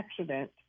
accident